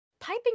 piping